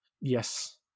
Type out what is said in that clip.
Yes